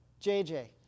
jj